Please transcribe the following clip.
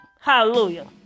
hallelujah